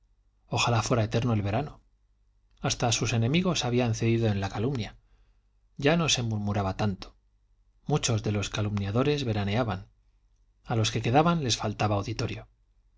ojalá fuera eterno el verano hasta sus enemigos habían cedido en la calumnia ya no se murmuraba tanto muchos de los calumniadores veraneaban a los que quedaban les faltaba auditorio